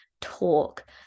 talk